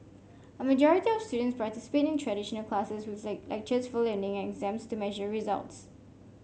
a majority of students participate in traditional classes with the lectures for learning and exams to measure results